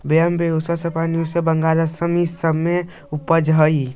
Bambusa spinosa Bengal, Assam इ सब राज्य में उपजऽ हई